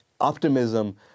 Optimism